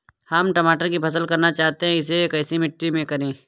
हम टमाटर की फसल करना चाहते हैं इसे कैसी मिट्टी में करें?